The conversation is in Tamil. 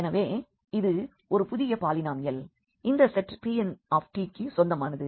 எனவே இது ஒரு புதிய பாலினாமியல் இந்த செட் Pnக்கு சொந்தமானது